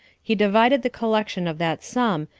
he divided the collection of that sum,